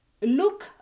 look